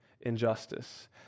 injustice